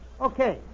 Okay